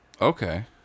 Okay